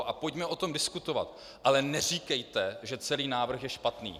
A pojďme o tom diskutovat, ale neříkejte, že celý návrh je špatný.